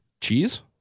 Cheese